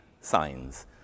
signs